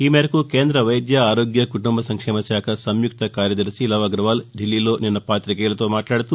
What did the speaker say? ఈ మేరకు కేంద్ర వైద్య ఆరోగ్య కుటుంబ సంక్షేమశాఖ సంయుక్త కార్యదర్భి లవ్ అగర్వాల్ దిల్లీలో నిన్న పాతికేయులతో మాట్లాడుతూ